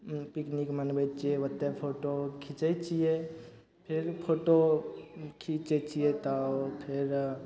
उ पिकनिक मनबय छियै ओतय फोटो खीचय छियै फेर फोटो खीचय छियै तऽ फेर